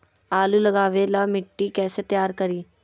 आलु लगावे ला मिट्टी कैसे तैयार करी?